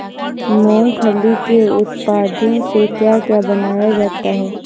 मूंगफली के उत्पादों से क्या क्या बनाया जाता है?